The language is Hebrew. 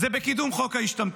הוא בקידום חוק ההשתמטות?